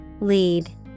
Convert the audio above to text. Lead